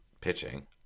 pitching